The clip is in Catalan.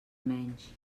menys